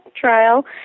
trial